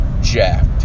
jacked